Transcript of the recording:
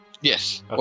Yes